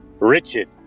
Richard